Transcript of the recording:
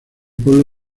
pueblo